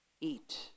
eat